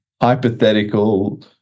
hypothetical